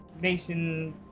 nation